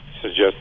suggest